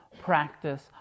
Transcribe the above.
practice